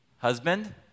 Husband